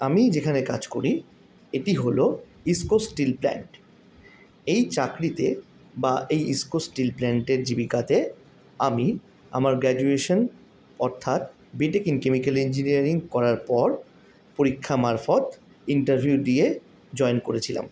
আমি যেখানে কাজ করি এটি হল ইস্কো স্টিল প্ল্যান্ট এই চাকরিতে বা এই ইস্কো স্টিল প্ল্যান্টের জীবিকাতে আমি আমার গ্র্যাজুয়েশান অর্থাৎ বিটেক ইন কেমিক্যাল ইঞ্জিনিয়ারিং করার পর পরীক্ষা মারফৎ ইন্টারভিউ দিয়ে জয়েন করেছিলাম